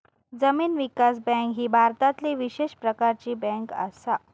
जमीन विकास बँक ही भारतातली विशेष प्रकारची बँक असा